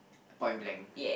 point blank